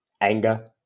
anger